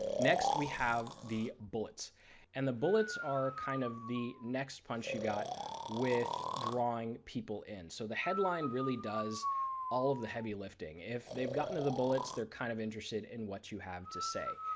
next we have the bullets and the bullets are kind of the next punch you got with drawing people in. so the headline really does all of the heavy lifting. if they have gotten to the bullets they are kind of interested in what you have to say,